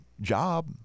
job